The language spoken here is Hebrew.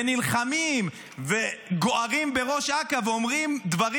ונלחמים וגוערים בראש אכ"א ואומרים דברים.